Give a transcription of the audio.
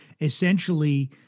essentially